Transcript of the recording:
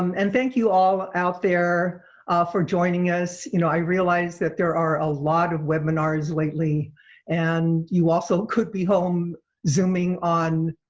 um and thank you all out there for joining us you know i realized that there are a lot of webinars lately and you also could be home zooming on